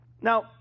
Now